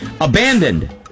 Abandoned